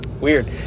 Weird